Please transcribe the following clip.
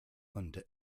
under